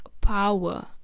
power